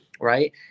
right